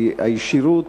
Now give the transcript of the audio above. שהיא ישירות